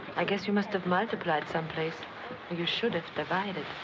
i guess you must have multiplied someplace where you should have divided.